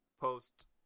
Post